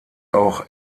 auch